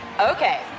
Okay